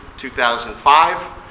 2005